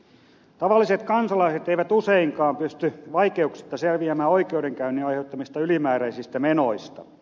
tavalliset kansalaiset eivät useinkaan pysty vaikeuksitta selviämään oikeudenkäynnin aiheuttamista ylimääräisistä menoista